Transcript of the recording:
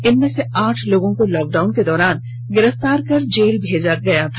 इनमें से आठ लोगों को लॉकडाउन के दौरान गिरफ्तार कर जेल भेजा गया था